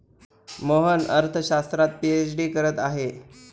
मोहन अर्थशास्त्रात पीएचडी करत आहे